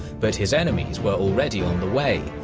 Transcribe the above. but his enemies were already on the way,